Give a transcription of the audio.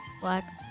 Black